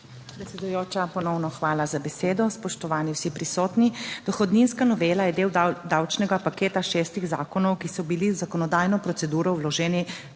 Predsedujoča, ponovno hvala za besedo. Spoštovani vsi prisotni! Dohodninska novela je del davčnega paketa šestih zakonov, ki so bili v zakonodajno proceduro vloženi